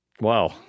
Wow